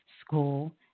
school